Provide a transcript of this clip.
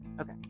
Okay